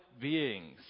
beings